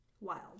wild